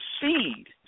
seed